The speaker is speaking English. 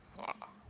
!wah!